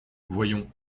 voyons